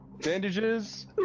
bandages